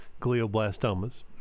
glioblastomas